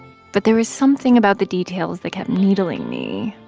but there was something about the details that kept needling me.